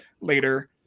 later